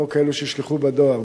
או כאלה שיישלחו בדואר,